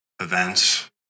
events